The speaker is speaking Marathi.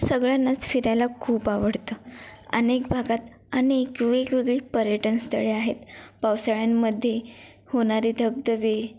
सगळ्यांनाच फिरायला खूप आवडतं अनेक भागात अनेक वेगवेगळी पर्यटनस्थळे आहेत पावसाळ्यामध्ये होणारे धबधबे